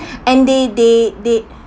and they they they